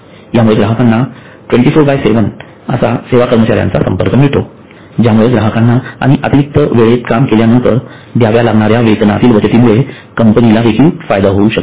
यामुळे ग्राहकांना 24 बाय 7 असा सेवा कर्मचार्यांचा संपर्क मिळतो ज्यामुळे ग्राहकांना आणि अतिरिक्त वेळेत काम केल्यानंतर द्याव्या लागणाऱ्या वेतनातील बचतीमुळे कंपनीला देखील फायदा होऊ शकेल